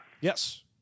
Yes